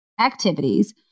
activities